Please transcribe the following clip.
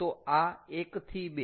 તો આ 1 થી 2